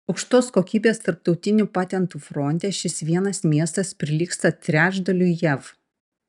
aukštos kokybės tarptautinių patentų fronte šis vienas miestas prilygsta trečdaliui jav